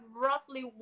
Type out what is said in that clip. roughly